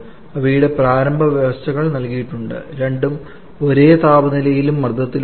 അവയുടെ പ്രാരംഭ വ്യവസ്ഥകൾ നൽകിയിട്ടുണ്ട് രണ്ടും ഒരേ താപനിലയിലും മർദ്ദത്തിലുമാണ്